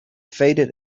faded